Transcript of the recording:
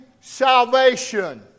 salvation